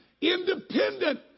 independent